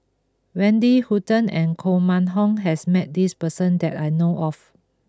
Wendy Hutton and Koh Mun Hong has met this person that I know of